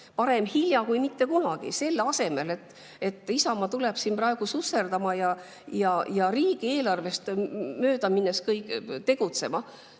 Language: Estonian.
Parem hilja kui mitte kunagi. Selle asemel tuleb Isamaa siin praegu susserdama ja riigieelarvest mööda minnes tegutsema.